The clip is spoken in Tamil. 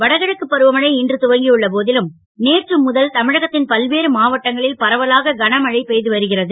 வடகிழக்கு பருவமழை இன்று துவங்கியுள்ள போ லும் நேற்று முதல் தமிழகத் ன் பல்வேறு மாவட்டங்களில் பரவலாக கனமழை பெ து வருகிறது